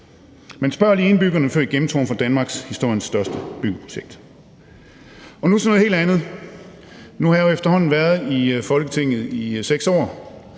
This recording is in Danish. Men spørg lige indbyggerne, før I gennemtrumfer danmarkshistoriens største byggeprojekt. Nu til noget helt andet. Jeg har jo efterhånden været i Folketinget i 6 år,